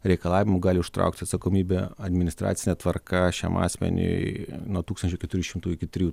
reikalavimų gali užtraukt atsakomybę administracine tvarka šiam asmeniui nuo tūkstančio keturių šimtų iki trijų